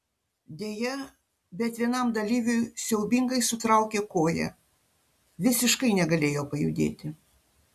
deja bet vienam dalyviui siaubingai sutraukė koją visiškai negalėjo pajudėti